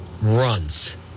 runs